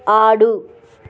ఆడు